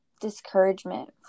discouragement